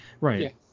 Right